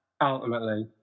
ultimately